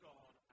God